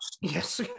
Yes